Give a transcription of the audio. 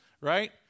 right